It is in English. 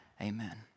amen